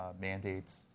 mandates